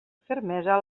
fermesa